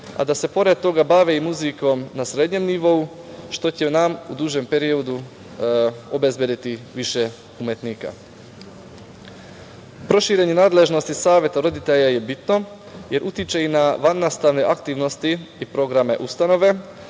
a da se pored toga bave i muzikom na srednjem nivou, što će nam u dužem periodu obezbediti više umetnika. Proširenje nadležnosti saveta roditelja je bitno jer utiče i na vannastavne aktivnosti i programe ustanove,